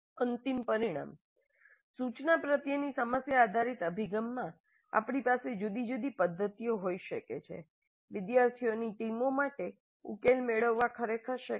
અંતિમ પરિણામ સૂચના પ્રત્યેની સમસ્યા આધારિત અભિગમમાં આપણી પાસે જુદી જુદી પસંદગીઓ હોઈ શકે છે વિદ્યાર્થીઓની ટીમો માટે ઉકેલ મેળવવા ખરેખર શક્ય છે